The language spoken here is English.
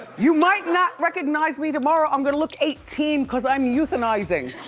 you might not recognize me tomorrow, i'm gonna look eighteen, cause i'm youthanizing.